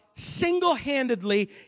single-handedly